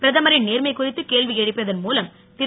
பிரதமரின் நேர்மை குறித்து கேள்வி எழுப்பியதன் மூலம் திரு